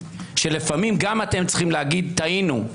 שלפעמים גם אתם צריכים להגיד טעינו.